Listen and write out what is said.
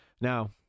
Now